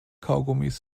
kaugummis